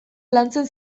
lantzen